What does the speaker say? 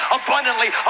abundantly